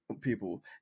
people